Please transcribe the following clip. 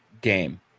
game